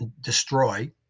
destroy